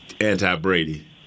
anti-Brady